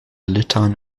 litauen